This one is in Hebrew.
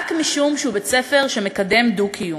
רק משום שהוא בית-ספר שמקדם דו-קיום,